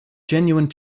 genuine